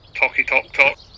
Talky-talk-talk